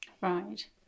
Right